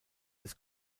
des